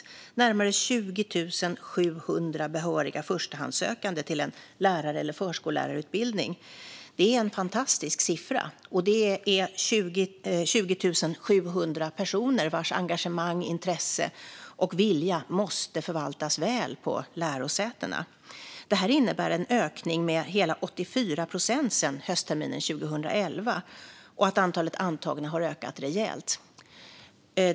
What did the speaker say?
Det var närmare 20 700 behöriga förstahandssökande till en lärar eller förskollärarutbildning. Det är en fantastisk siffra. Det är 20 700 personer vars engagemang, intresse och vilja måste förvaltas väl på lärosätena. Det innebär en ökning med hela 84 procent sedan hösten 2011 och att antalet antagna har ökat rejält.